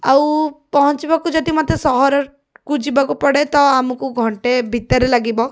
ଆଉ ପହଞ୍ଚିବାକୁ ଯଦି ମୋତେ ସହରକୁ ଯିବାକୁ ପଡ଼େ ତ ଆମକୁ ଘଣ୍ଟେ ଭିତରେ ଲାଗିବ